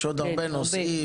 יש עוד הרבה נושאים,